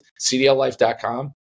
CDLLife.com